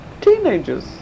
teenagers